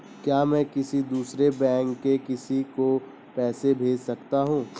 क्या मैं किसी दूसरे बैंक से किसी को पैसे भेज सकता हूँ?